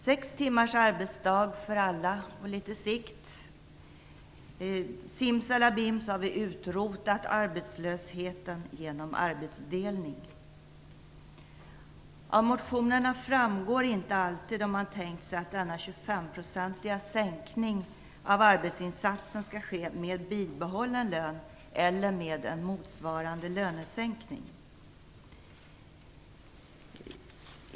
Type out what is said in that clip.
Sex timmars arbetsdag för alla på litet sikt - simsalabim så har vi utrotat arbetslösheten genom arbetsdelning. Av motionerna framgår inte alltid om man tänkt sig att denna 25-procentiga sänkning av arbetsinsatsen skall ske med bibehållen lön eller med en motsvarande lönesänkning.